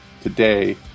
today